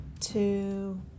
two